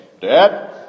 dad